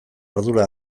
ardura